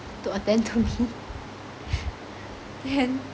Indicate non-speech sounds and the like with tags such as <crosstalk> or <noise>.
to attend to me <laughs> and <laughs>